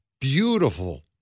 beautiful